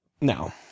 No